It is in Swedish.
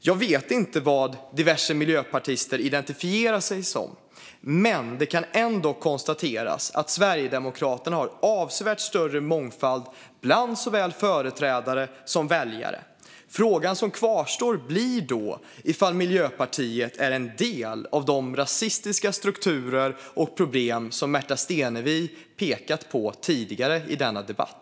Jag vet inte vad diverse miljöpartister identifierar sig som, men det kan ändå konstateras att Sverigedemokraterna har avsevärt större mångfald bland såväl företrädare som väljare. Frågan som kvarstår blir då om Miljöpartiet är en del av de rasistiska strukturer och problem som Märta Stenevi pekat på tidigare i denna debatt.